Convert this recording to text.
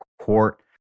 court